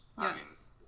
Yes